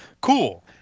cool